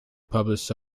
published